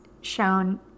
shown